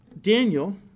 Daniel